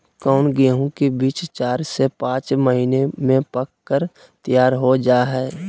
कौन गेंहू के बीज चार से पाँच पानी में पक कर तैयार हो जा हाय?